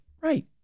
Right